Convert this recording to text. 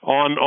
on